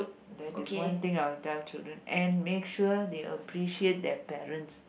that is one thing I will tell children and make sure they appreciate their parents